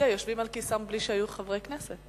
שיושבים על כיסאם גם בלי שהיו חברי כנסת.